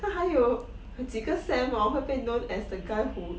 那还有几个 sem 会被 known as the guy who